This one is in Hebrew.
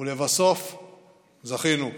ולבסוף זכינו.